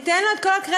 ניתן לו את כל הקרדיט.